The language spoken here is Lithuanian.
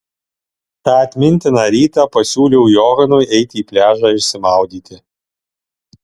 tą atmintiną rytą pasiūliau johanui eiti į pliažą išsimaudyti